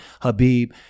Habib